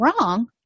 wrong